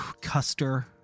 Custer